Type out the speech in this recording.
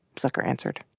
zucker answered